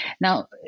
Now